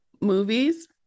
movies